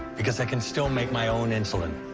because i can still make my own insulin.